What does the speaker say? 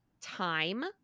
time